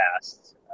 past